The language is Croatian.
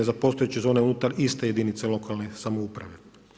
3 za postojeće zone unutar iste jedinice lokalne samouprave.